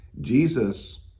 Jesus